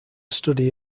study